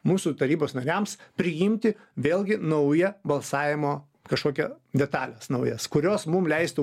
mūsų tarybos nariams priimti vėlgi naują balsavimo kažkokia detalės naujas kurios mum leistų